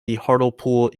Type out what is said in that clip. hartlepool